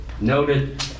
noted